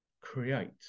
create